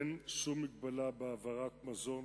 אין שום מגבלה בהעברת מזון,